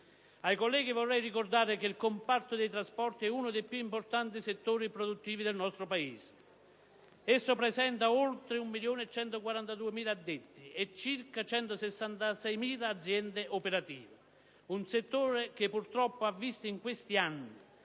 Ai colleghi vorrei ricordare che il comparto dei trasporti è uno dei più importanti settori produttivi del nostro Paese: esso presenta oltre 1.142.000 addetti e circa 166.000 società operative. Si tratta di un settore che, purtroppo, ha visto in questi anni